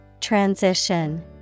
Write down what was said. Transition